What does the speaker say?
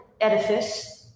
edifice